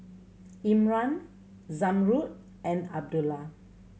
Imran Zamrud and Abdullah